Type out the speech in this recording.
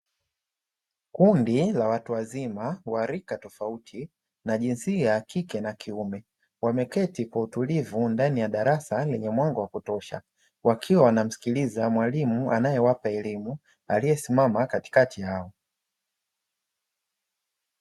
Kundi la watu wazima wa rika tofauti na jinsia ya kike na kiume, wameketi kwa utulivu ndani ya darasa lenye mwanga wa kutosha, wakiwa wanamsikiliza mwalimu anayewapa elimu, aliyesimama katikati yao.